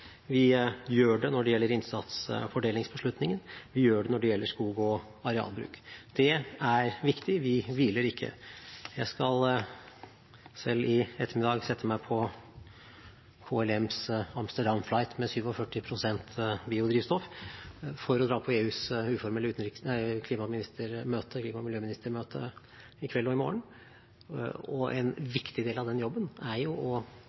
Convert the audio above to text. Vi gjør det når det gjelder innsatsfordelingsbeslutningen, og vi gjør det når det gjelder skog- og arealbruk. Det er viktig. Vi hviler ikke. Jeg skal selv i ettermiddag sette meg på KLMs Amsterdam-flight med 47 pst. biodrivstoff for å dra på EUs uformelle miljøministermøte i kveld og i morgen. En viktig del av den jobben er